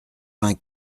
vingt